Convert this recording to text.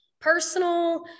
personal